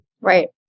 right